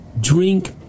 drink